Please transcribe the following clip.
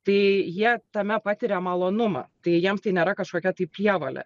tai jie tame patiria malonumą tai jiems tai nėra kažkokia tai prievolė